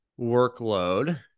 workload